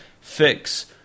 fix